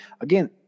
Again